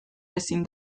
ezin